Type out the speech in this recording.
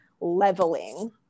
leveling